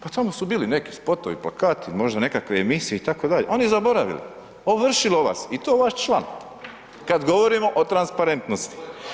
Pa tamo su bili neki spotovi, plakati, možda nekakve emisije itd., oni zaboravili, ovršilo vas i to vaš član, kad govorimo o transparentnosti.